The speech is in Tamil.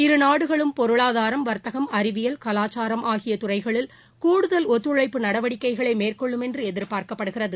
இரு நாடுகளும் பொருளாதாரம் வா்த்தகம் அறிவியல் கவாச்சாரம் ஆகிய துறைகளில் கூடுதல் ஒத்துழைப்பு நடவடிக்கைகளை மேற்கொள்ளும் என்று எதிர்பார்க்கப்படுகிறது